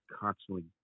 constantly